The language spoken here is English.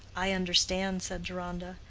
i understand, said deronda.